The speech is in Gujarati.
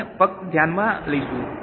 આપણે ફક્ત ધ્યાનમાં લઈશું